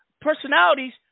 Personalities